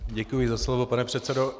Děkuji za slovo, pane předsedo.